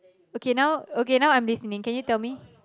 okay now okay now I'm listening can you tell me